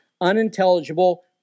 unintelligible